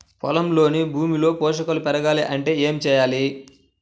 పొలంలోని భూమిలో పోషకాలు పెరగాలి అంటే ఏం చేయాలి?